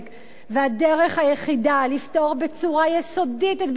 והדרך היחידה לפתור בצורה יסודית את בעיית עובדי הקבלן